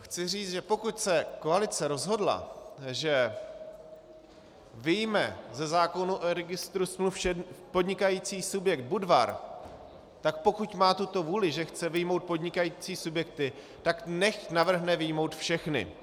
Chci říct, že pokud se koalice rozhodla, že vyjme ze zákona o registru smluv podnikající subjekt Budvar, tak pokud má tuto vůli, že chce vyjmout podnikající subjekty, tak nechť navrhne vyjmout všechny.